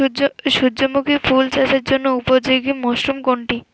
সূর্যমুখী ফুল চাষের জন্য উপযোগী মরসুম কোনটি?